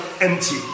empty